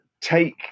take